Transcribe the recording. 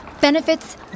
benefits